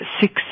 six